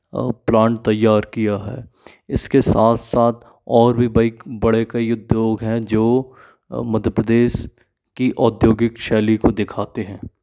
plant तैयार किया है इसके साथ साथ और भी कई बड़े कई उद्योग हैं जो मध्य प्रदेश की औद्योगिक शैली को दिखाते हैं